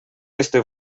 este